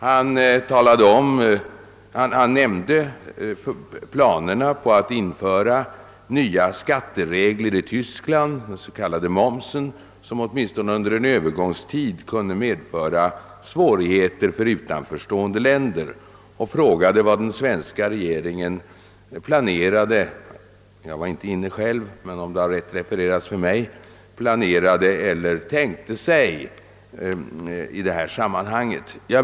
Han nämnde planerna på att införa nya skatteregler i Tyskland, den s.k. momsen, som åtminstone under en övergångstid kunde medföra svårigheter för utanförstående länder, och frågade vad den svenska regeringen — jag var inte själv inne i kammaren när han sade det, men det har refererats för mig — planerade eller tänkte sig i detta sammanhang.